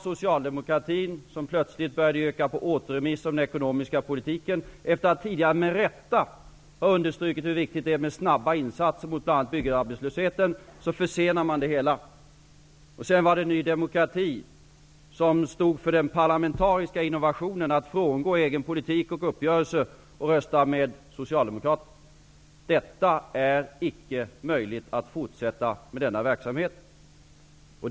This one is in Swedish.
Socialdemokratin började plötsligt yrka på återremiss av betänkandet om den ekonomiska politiken. Efter att med rätta tidigare ha understrukit hur viktigt det är med snabba insatser mot bl.a. byggarbetslösheten försenar man det hela. Sedan var det Ny demokrati som stod för den parlamentariska innovationen att frångå sin egen politik och uppgörelse och rösta med Socialdemokraterna. Det är icke möjligt att fortsätta med den verksamheten.